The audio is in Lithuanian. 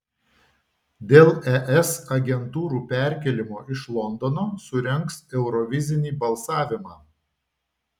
dėl es agentūrų perkėlimo iš londono surengs eurovizinį balsavimą